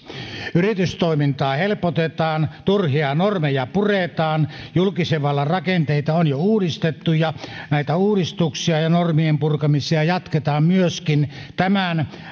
yritystoimintaa helpotetaan turhia normeja puretaan julkisen vallan rakenteita on jo uudistettu ja näitä uudistuksia ja normien purkamisia jatketaan myöskin tämän